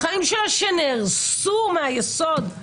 החיים שלה שנהרסו מהיסוד,